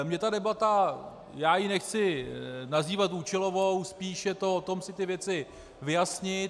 Mě ta debata já ji nechci nazývat účelovou, spíš je to o tom si ty věci vyjasnit.